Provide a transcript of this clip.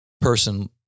person